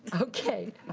ah okay.